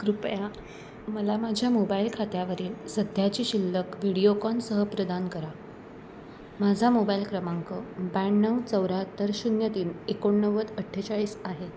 कृपया मला माझ्या मोबाईल खात्यावरील सध्याची शिल्लक व्हिडिओकॉनसह प्रदान करा माझा मोबाईल क्रमांक ब्याण्णव चौऱ्याहत्तर शून्य तीन एकोणनव्वद अठ्ठेचाळीस आहे